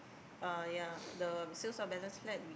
uh ya the sales of balance flat we